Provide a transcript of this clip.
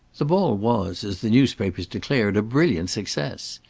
the ball was, as the newspapers declared, a brilliant success.